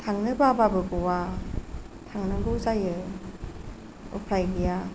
थांनो बाबाबो गवा थांनांगौ जायो उफाय गैया